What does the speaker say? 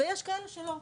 ויש כאלה שלא.